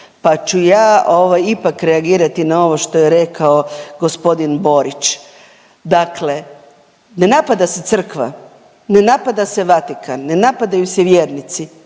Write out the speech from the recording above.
ja ovaj ipak reagirati na ovo što je rekao g. Borić. Dakle, ne napada se crkva, ne napada se Vatikan, ne napadaju se vjernici,